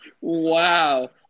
Wow